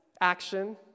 action